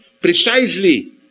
precisely